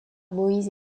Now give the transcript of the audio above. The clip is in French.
moïse